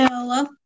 Hello